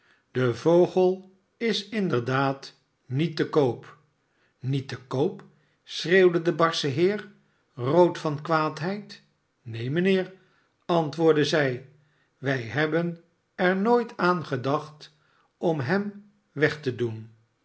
de vogel is inderdaad niet te koop niet te koop schreeuwde de barsche heer rood van kwaadheid neen mijnheer antwoordde zij wij hebben er nooit aan gedacht om hem weg te doen